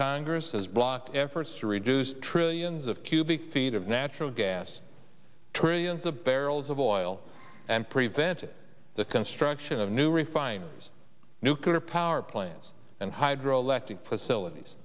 congress has blocked efforts to reduce trillions of cubic feet of natural gas trillions of barrels of oil and prevented the construction of new refineries nuclear power plants and hydroelectric facilities